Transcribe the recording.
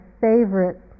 favorite